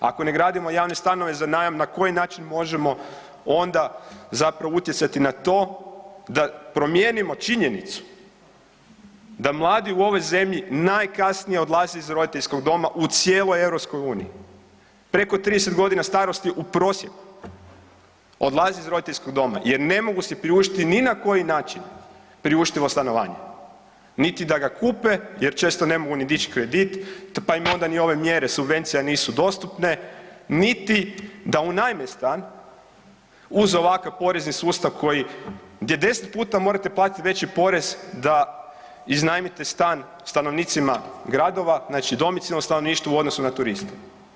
Ako ne gradimo javne stanove za najam na koji način možemo onda zapravo utjecati na to da promijenimo činjenicu da mladi u ovoj zemlji najkasnije odlaze iz roditeljskog doma u cijeloj EU, preko 30.g. starosti u prosjeku odlazi iz roditeljskog doma jer ne mogu si priuštiti ni na koji način priuštivo stanovanje, niti da ga kupe jer često ne mogu ni dić kredit, pa im onda ni ove mjere subvencija nisu dostupne, niti da unajme stan uz ovakav porezni sustav koji, gdje 10 puta morate platiti veći porez da iznajmite stan stanovnicima gradova, znači domicilno stanovništvo u odnosu na turiste.